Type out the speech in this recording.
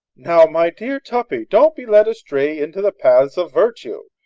now, my dear tuppy, don't be led astray into the paths of virtue.